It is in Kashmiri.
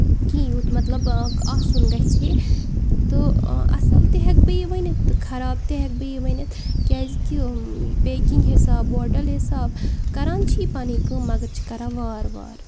کِہیٖنۍ یُتھ مطلب آسُن گژھِ ہے تہٕ اَصٕل تہٕ ہیٚکہٕ بہٕ ؤنِتھ تہٕ خراب تہِ ہیٚکہٕ بہٕ یہِ ؤنِتھ کیازِ کہِ پیکِنگ حِسابہٕ بوٹل حِسابہٕ کران چھِ یہِ پَنٕنۍ کٲم مَگر چھِ کران وارٕ وارٕ